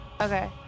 okay